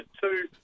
two